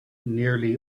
nearly